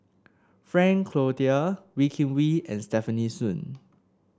Frank Cloutier Wee Kim Wee and Stefanie Sun